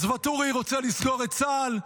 אז ואטורי רוצה לסגור את צה"ל,